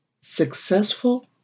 successful